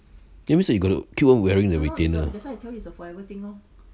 that means you got to keep on wearing the retainer uh